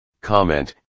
comment